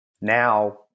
Now